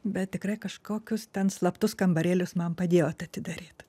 bet tikrai kažkokius ten slaptus kambarėlius man padėjot atidaryt